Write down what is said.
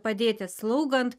padėti slaugant